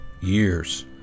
years